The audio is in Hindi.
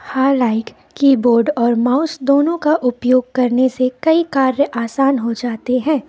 हालाँकि कीबोर्ड और माउस दोनों का उपयोग करने से कई कार्य आसान हो जाते हैं